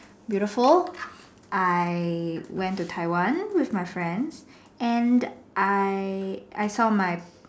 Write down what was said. beautiful I went to Taiwan with my friend and I I saw my